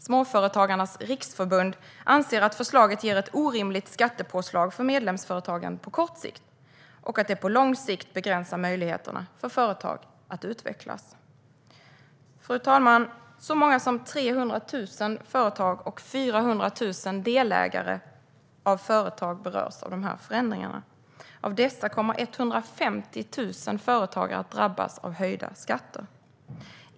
Småföretagarnas Riksförbund anser att förslagen ger ett orimligt skattepåslag för medlemsföretagen på kort sikt och att de på lång sikt begränsar möjligheterna för företag att utvecklas. Fru talman! Så många som 300 000 företag och 400 000 delägare av företag berörs av de här förändringarna. Av dessa kommer 150 000 företagare att drabbas av höjda skatter.